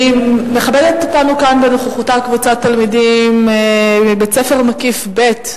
מכבדת אותנו כאן בנוכחותה קבוצת תלמידים מבית-הספר מקיף ב'.